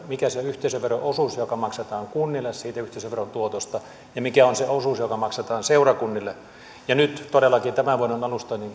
mikä on se yhteisövero osuus joka maksetaan kunnille siitä yhteisöveron tuotosta ja mikä on se osuus joka maksetaan seurakunnille nyt todellakin tämän vuoden alusta niin